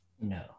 No